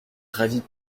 ravit